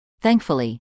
Thankfully